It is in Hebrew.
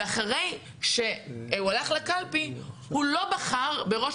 ואחרי שהוא הלך לקלפי הוא לא בחר בראש